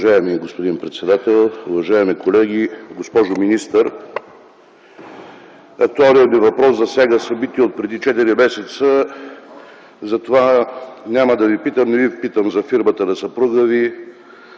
Уважаеми господин председател, уважаеми колеги, госпожо министър! Актуалният ми въпрос засяга събития отпреди 4 месеца, затова няма да Ви питам, не Ви питам за фирмата на съпруга Ви,